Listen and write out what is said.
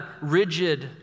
rigid